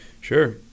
sure